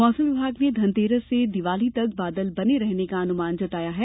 मौसम विभाग ने धनतेरस से दीपावली तक बादल बने रहने का अनुमान जताया है